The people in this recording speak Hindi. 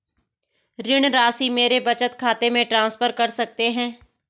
ऋण राशि मेरे बचत खाते में ट्रांसफर कर सकते हैं?